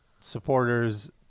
supporters